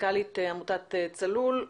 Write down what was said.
מנכ"לית עמותת צלול,